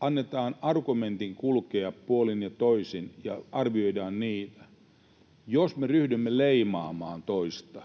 annetaan argumenttien kulkea puolin ja toisin ja arvioidaan niitä. Jos me ryhdymme leimaamaan toista,